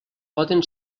poden